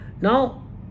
Now